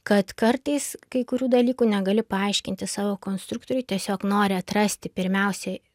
kad kartais kai kurių dalykų negali paaiškinti savo konstruktoriui tiesiog nori atrasti pirmiausiai